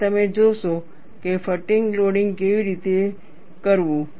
અને તમે જોશો ફટીગ લોડિંગ કેવી રીતે કરવું